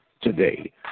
today